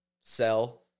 sell